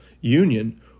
union